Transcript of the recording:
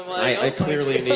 i clearly